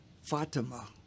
Fatima